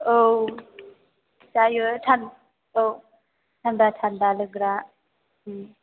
औ जायो औ थान्दा थान्दा लोंग्रा